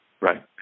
Right